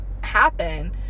happen